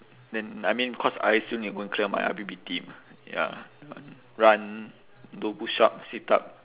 then I mean cause I still need to go and clear my I_P_P_T ya run do push up sit up